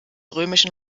römischen